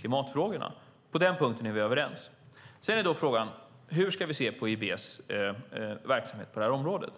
klimatfrågorna. På den punkten är vi överens. Hur ska vi se på EIB:s verksamhet på området?